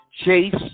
chase